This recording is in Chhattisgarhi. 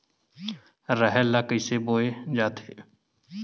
राहेर ल कइसे बोय जाथे?